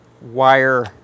wire